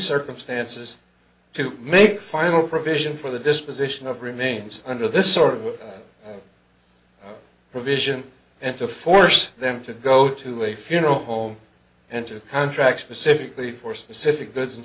circumstances to make a final provision for the disposition of remains under this sort of provision and to force them to go to a funeral home and to contract specifically for specific goods and